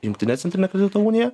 jungtinė centrinė kredito unija